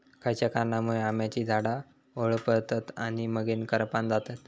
खयच्या कारणांमुळे आम्याची झाडा होरपळतत आणि मगेन करपान जातत?